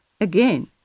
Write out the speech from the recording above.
again